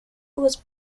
was